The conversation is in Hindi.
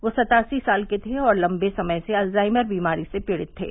वे सत्तासी साल के थे और लम्बे समय से अल्जाइमर बीमारी से पीडित थे